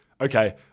okay